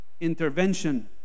Intervention